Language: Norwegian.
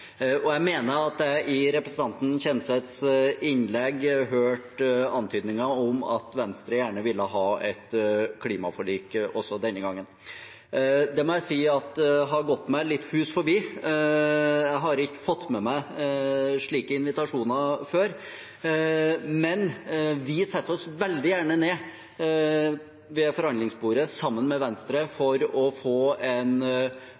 klimapolitikken. Jeg mener at jeg i representanten Kjenseths innlegg hørte antydninger om at Venstre gjerne ville ha et klimaforlik også denne gangen. Det må jeg si har gått meg litt hus forbi. Jeg har ikke fått med meg slike invitasjoner før, men vi setter oss veldig gjerne ned ved forhandlingsbordet sammen med Venstre for å få en